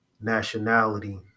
nationality